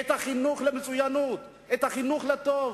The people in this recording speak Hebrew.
את החינוך למצוינות, את החינוך לטוב.